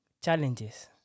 challenges